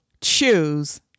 choose